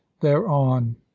thereon